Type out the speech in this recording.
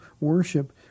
worship